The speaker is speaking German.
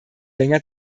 länger